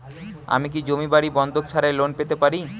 আমি কি জমি বাড়ি বন্ধক ছাড়াই লোন পেতে পারি?